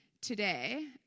today